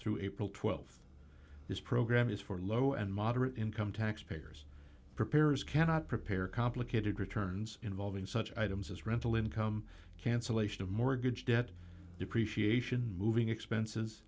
through april th this program is for low and moderate income tax payers preparers cannot prepare complicated returns involving such items as rental income cancellation of mortgage debt depreciation moving expenses